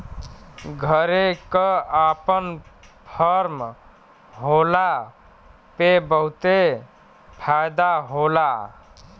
घरे क आपन फर्म होला पे बहुते फायदा होला